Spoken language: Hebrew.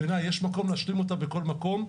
בעיניי, יש מקום להשלים אותה בכל מקום.